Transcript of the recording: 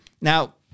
Now